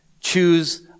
choose